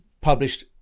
published